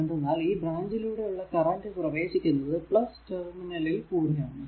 എന്തെന്നാൽ ഈ ബ്രാഞ്ചിലൂടെ ഉള്ള കറന്റ് പ്രവേശിക്കുന്നത് ടെർമിനലിൽ കൂടെ ആണ്